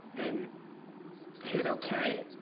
and hit ok